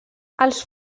els